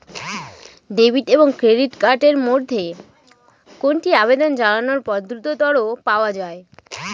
Debit এবং credit card এর মধ্যে কোনটি আবেদন জানানোর পর দ্রুততর পাওয়া য়ায়?